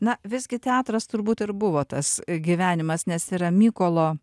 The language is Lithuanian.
na visgi teatras turbūt ir buvo tas gyvenimas nes yra mykolo